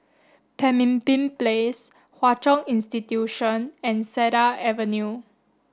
Pemimpin Place Hwa Chong Institution and Cedar Avenue